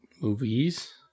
movies